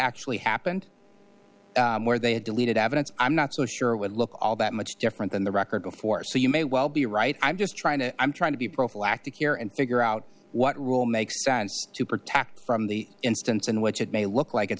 actually happened where they had deleted evidence i'm not so sure would look all that much different than the record before so you may well be right i'm just trying to i'm trying to be prophylactic you're and figure out what rule makes sense to protect from the instance in which it may look like